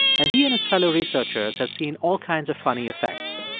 and he and his fellow researchers have seen all kinds of funny effects.